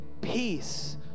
peace